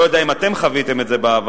אני לא יודע אם אתם חוויתם את זה בעבר,